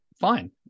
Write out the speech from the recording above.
Fine